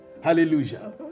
Hallelujah